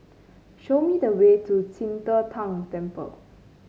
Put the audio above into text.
show me the way to Qing De Tang Temple